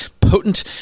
potent